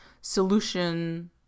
solution